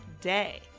day